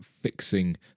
fixing